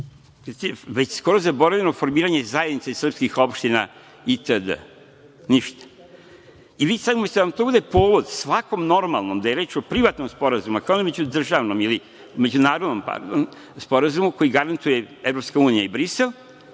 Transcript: je skoro zaboravljeno formiranje zajednice srpskih opština itd. Ništa! Vi sada, umesto da vam to bude povod, svakom normalnom da je reč i o privatnom sporazumu, a kamoli o međudržavnom ili međunarodnom sporazumu koji garantuje EU i Brisel,